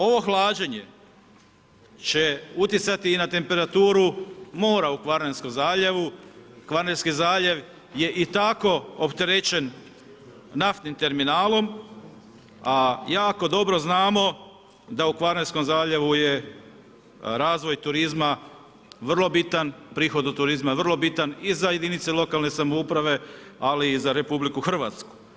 Ovo hlađenje, će utjecati i na temperaturu mora u Kvarnerskom zaljevu, Kvarnerski zaljev je i tako opterećen naftnim terminalom, a jako dobro znamo, da u Kvarnerskom zaljevu je razvoj od turizma vrlo bitan, prihod od turizma je vrlo bitan i za jedinice lokalne samouprave, ali i za RH.